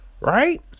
Right